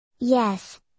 Yes